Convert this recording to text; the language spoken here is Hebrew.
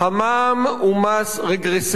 הממשלה, המע"מ הוא מס רגרסיבי.